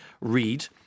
read